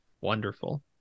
wonderful